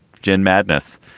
gin madness.